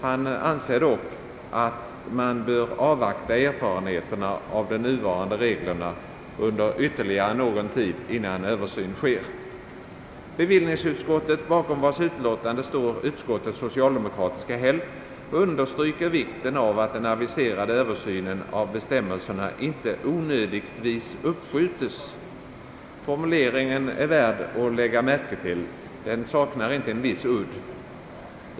Han anser dock att man bör avvakta erfarenheterna av de nuvarande reglerna innan en Översyn sker. Bevillningsutskottet, bakom vars betänkande står utskottets socialdemokratiska hälft, understryker vikten av att den aviserade översynen av bestämmelserna inte onödigtvis uppskjutes. Formuleringen är värd att lägga märke till; den saknar inte en viss udd.